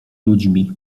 ludźmi